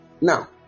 Now